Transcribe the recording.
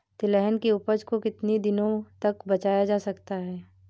तिलहन की उपज को कितनी दिनों तक बचाया जा सकता है?